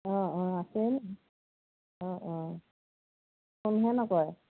অঁ অঁ আছে ন অঁ অঁ ফোনহে নকৰে